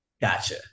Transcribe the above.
Gotcha